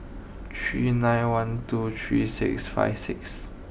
three nine one two three six five six